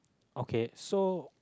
okay so